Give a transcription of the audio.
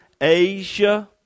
Asia